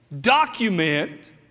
Document